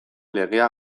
legea